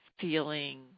feeling